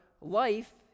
life